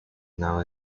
now